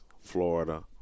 Florida